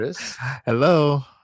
Hello